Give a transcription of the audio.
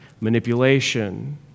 manipulation